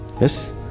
Yes